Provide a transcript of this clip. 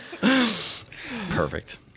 Perfect